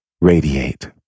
radiate